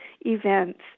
events